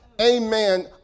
amen